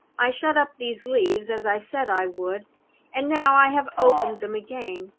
i shut up these leaves as i said i would and now i have opened them again,